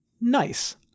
Nice